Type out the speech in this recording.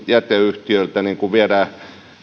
jäteyhtiöiltä viedään